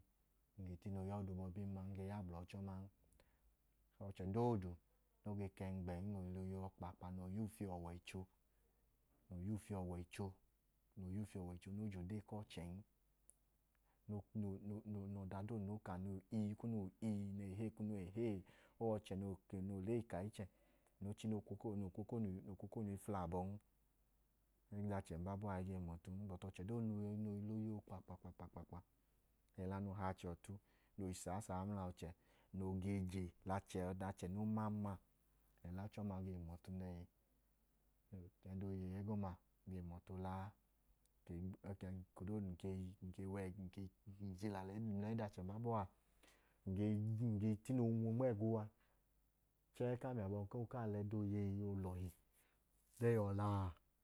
Ng ge tine ooya ọda obọbin ma ng ge ya gbla ọchẹ ọma n. Ọchẹ doodu noo i kẹngbẹn, no i la kpaakpa, noo i yuufi ọwọicho, noo i yuufi ọwọicho, noo i yuufi ọwọicho, noo i je ode ku ọchẹn. No, no no ọda doodu no ka nẹ ii kunu wẹ ii, nẹ ehee kunu wẹ ehee. O wẹ ọchẹ noo lẹ eyi ka ichẹ, no, no kwu okonu i fla abọn. Ẹla achẹ n baa bọ a i ge hum ọtun. Aman achẹ noo i la oyeyi okpakpakpakpakpa, nẹ ẹla nu he achẹ ọtu, no i saa, saa mla ọchẹ, noo ge je lẹ ẹdọ achẹ no man ma, ọma ge hum ọtu nẹhi. Ẹdọ oyeyi ẹgọma ge hum ọtu oola a. Eko doodu num ke, num ke jila mla ẹdọ, ẹdọ achẹ ẹgọma ng ge tine oonwu nma ẹga uwa. Chẹẹ ku ami abọhim koo yọi nwu nma ẹgiyuwa, chẹẹ kaam la ẹdọ oyeyi nẹ e yọ i la a.